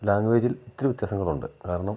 ലാങ്വേജിൽ ഒത്തിരി വ്യത്യാസങ്ങളുണ്ട് കാരണം